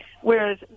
whereas